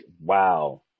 wow